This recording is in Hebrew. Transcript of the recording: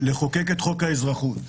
לחוקק את חוק האזרחות,